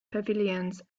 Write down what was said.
pavilions